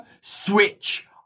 switch